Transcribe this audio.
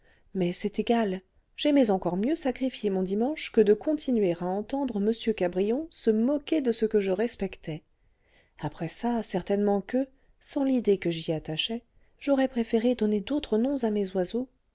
mais c'est égal j'aimais encore mieux sacrifier mon dimanche que de continuer à entendre m cabrion se moquer de ce que je respectais après ça certainement que sans l'idée que j'y attachais j'aurais préféré donner d'autres noms à mes oiseaux